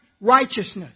righteousness